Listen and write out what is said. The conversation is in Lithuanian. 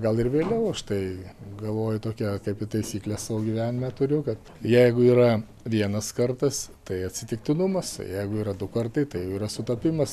gal ir vėliau aš tai galvoju tokią kaip ir taisyklę savo gyvenime turiu kad jeigu yra vienas kartas tai atsitiktinumas jeigu yra du kartai tai jau yra sutapimas